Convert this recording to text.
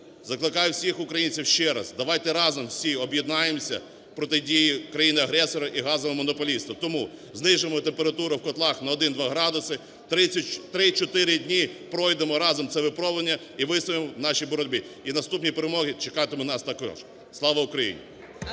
закликаю всіх українців ще раз: давайте разом всі об'єднаємося проти дій країни-агресора і газового монополіста. Тому знижуємо температуру у котлах на 1-2 градуси, 3-4 днів пройдемо разом це випробування і вистоїмо у нашій боротьбі. І наступні перемоги чекатимуть нас також. Слава Україні!